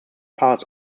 parts